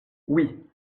oui